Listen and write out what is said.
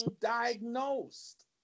diagnosed